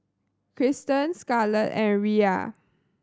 Kristan Scarlett and Riya